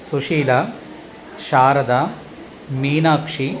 Sushila Sharada मीनाक्षिः